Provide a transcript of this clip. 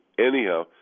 anyhow